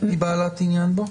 שהיא בעלת עניין בו?